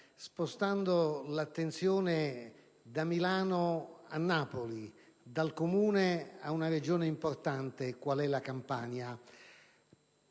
spostando l'attenzione da Milano a Napoli, da un Comune ad una Regione importante qual è la Campania.